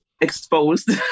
exposed